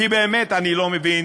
כי באמת, אני לא מבין